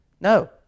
No